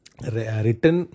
written